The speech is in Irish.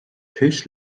tús